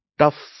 tough